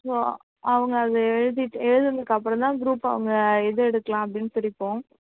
so அவங்க அதை எழுதிட்டு எழுதினத்துக்கு அப்புறம் தான் குரூப்பாக அவங்க எதை எடுக்கலாம் அப்படினு பிரிப்போம்